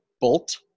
Bolt